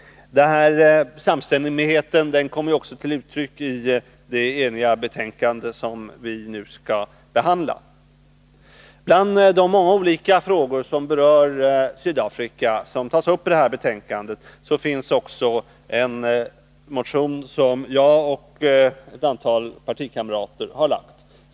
Denna samstämmighet kommer också till uttryck i det enhälliga betänkande vi nu behandlar. Bland de många olika ärenden rörande Sydafrika som tas upp till behandling i betänkandet finns också en motion som jag och ett antal partikamrater väckt.